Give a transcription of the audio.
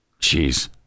Jeez